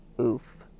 Oof